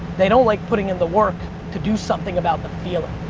they don't like putting in the work to do something about the feeling.